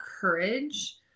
courage